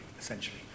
essentially